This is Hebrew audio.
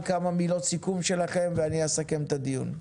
כמה מילות סיכום שלכם ואני אסכם את הדיון.